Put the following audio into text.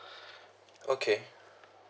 okay